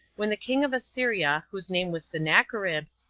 when the king of assyria, whose name was sennacherib,